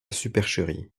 supercherie